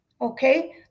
Okay